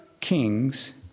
kings